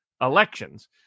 elections